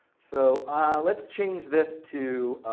so let's change this to